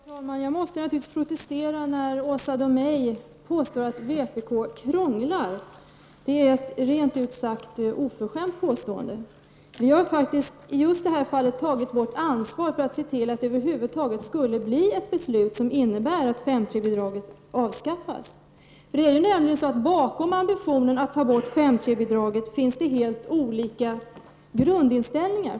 Fru talman! Jag måste naturligtvis protestera när Åsa Domeij säger att vpk krånglar. Det är rent ut sagt ett oförskämt påstående. Vi har i det här fallet tagit vårt ansvar för att se till att det över huvud taget skall bli ett beslut som innebär att 5 § 3-bidraget avskaffas. Bakom ambitionen att ta bort 5 § 3-bidraget finns det helt olika grundinställningar.